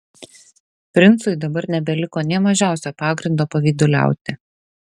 princui dabar nebeliko nė mažiausio pagrindo pavyduliauti